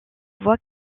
voit